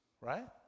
Right